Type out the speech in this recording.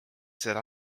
seda